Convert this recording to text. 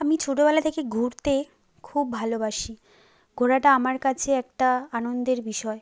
আমি ছোটোবেলা থেকে ঘুরতে খুব ভালোবাসি ঘোরাটা আমার কাছে একটা আনন্দের বিষয়